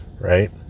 right